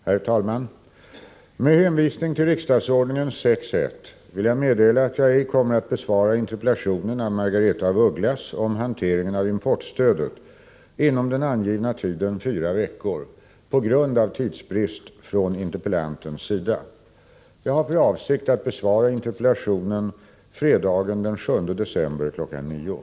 Herr talman! Med hänvisning till riksdagsordningens 6 kap. 1§ vill jag meddela att jag inte kommer att besvara interpellationen av Margaretha af Ugglas om hanteringen av importstödet inom den angivna tiden fyra veckor på grund av tidsbrist från interpellantens sida. Jag har för avsikt att besvara interpellationen fredagen den 7 december kl. 9.00.